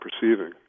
perceiving